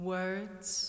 Words